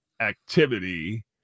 activity